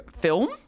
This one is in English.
film